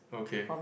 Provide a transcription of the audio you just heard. okay